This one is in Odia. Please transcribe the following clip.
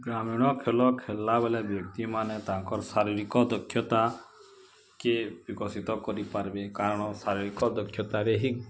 ଗ୍ରାମୀଣ ଖେଲ ଖେଲିଲା ବେଲେ ବ୍ୟକ୍ତିମାନେ ତାକର୍ ଶାରୀରିକ ଦକ୍ଷତା କେ ବିକଶିତ କରିପାରବେ କାରଣ ଶାରୀରିକ ଦକ୍ଷତାରେ ହିଁ